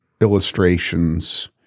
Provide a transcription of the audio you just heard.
illustrations